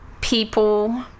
people